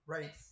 Right